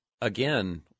again